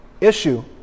issue